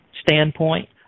standpoint